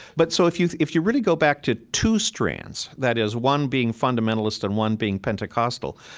but so if you if you really go back to two strands, that is, one being fundamentalist and one being pentecostal,